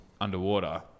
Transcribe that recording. Underwater